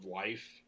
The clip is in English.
life